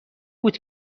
بود